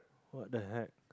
what the heck